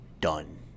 done